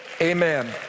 Amen